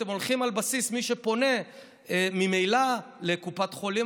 אתם הולכים על בסיס מי שפונה ממילא לקופת חולים,